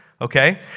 Okay